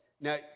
Now